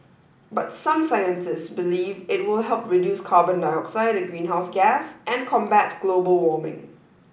but some scientists believe it will help reduce carbon dioxide a greenhouse gas and combat global warming